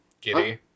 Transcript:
giddy